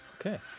Okay